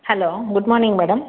hello good morning madam